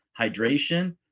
hydration